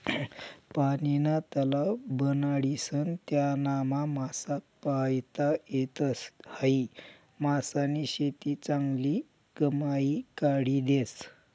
पानीना तलाव बनाडीसन त्यानामा मासा पायता येतस, हायी मासानी शेती चांगली कमाई काढी देस